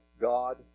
God